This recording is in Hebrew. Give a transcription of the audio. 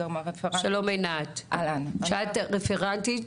אני רפרנטית